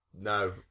No